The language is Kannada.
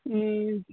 ಹ್ಞೂ